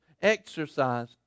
exercise